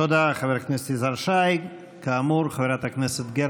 תודה, חבר הכנסת יזהר שי.